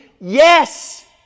Yes